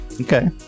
Okay